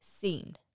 seen